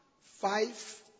five